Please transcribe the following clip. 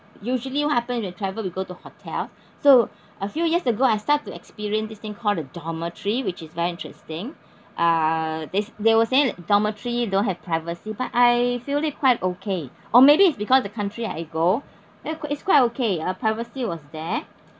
usually what happens when you travel we go to hotel so a few years ago I start to experience this thing called the dormitory which is very interesting uh they say they were saying that dormitory don't have privacy but I feel it quite okay or maybe it's because the country I go it it's quite okay uh privacy was there